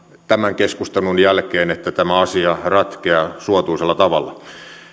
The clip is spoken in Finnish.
tämän keskustelun jälkeen että tämä asia ratkeaa suotuisalla tavalla